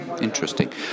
Interesting